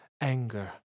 anger